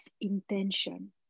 intention